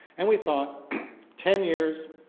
and we thought ten years,